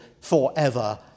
forever